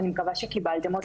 אני מקווה שקיבלתם אותו.